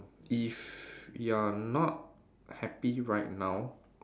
if you are not happy right now